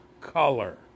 color